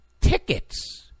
tickets